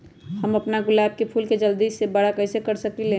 हम अपना गुलाब के फूल के जल्दी से बारा कईसे कर सकिंले?